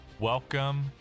Welcome